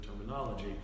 terminology